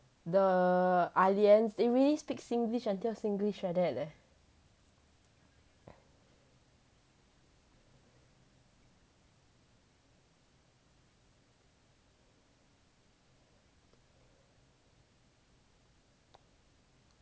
the ah lians they really speak singlish until singlish like that leh